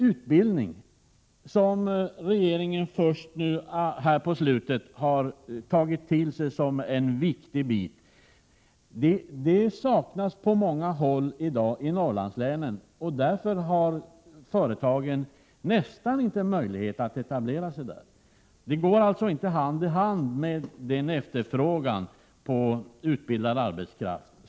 Utbildning, som regeringen först nu på senaste tiden har tagit till sig som en viktig bit, saknas i dag på många håll i Norrlandslänen, och därför har företag nästan ingen möjlighet att etablera sig där. Utbildningen går alltså inte hand i hand med efterfrågan på utbildad arbetskraft.